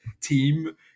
team